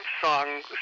song